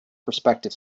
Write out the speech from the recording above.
prospective